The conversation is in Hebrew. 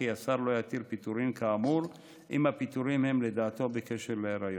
וכי השר לא יתיר פיטורים כאמור אם הפיטורין הם לדעתו בקשר להיריון.